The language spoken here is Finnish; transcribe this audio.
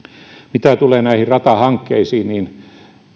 mitä tulee näihin ratahankkeisiin niin